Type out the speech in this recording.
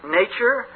nature